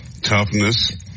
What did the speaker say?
toughness